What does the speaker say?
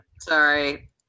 Sorry